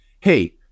hey